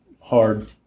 hard